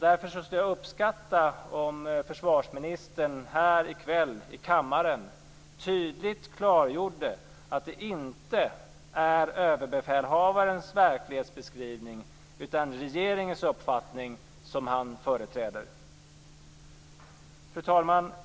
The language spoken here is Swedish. Därför skulle jag uppskatta om försvarsministern här i kväll i kammaren tydligt klargjorde att det inte är överbefälhavarens verklighetsbeskrivning utan regeringens uppfattning som han företräder. Fru talman!